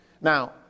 Now